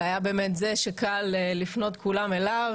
וזה היה זה שקל לפנות אליו.